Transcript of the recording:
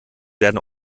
werden